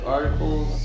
Articles